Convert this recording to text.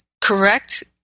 correct